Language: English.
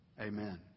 Amen